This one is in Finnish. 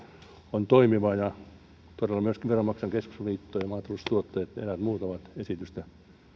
on toimiva ja todella myöskin veronmaksajain keskusliitto maataloustuottajat ja eräät muut ovat esitystä